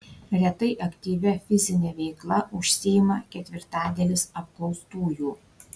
retai aktyvia fizine veikla užsiima ketvirtadalis apklaustųjų